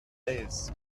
nails